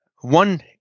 One